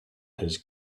his